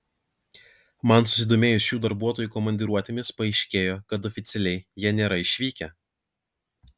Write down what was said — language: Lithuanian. man susidomėjus šių darbuotojų komandiruotėmis paaiškėjo kad oficialiai jie nėra išvykę